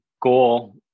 goal